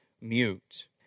mute